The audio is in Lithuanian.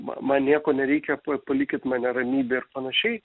ma man nieko nereikia pa palikit mane ramybėj ir panašiai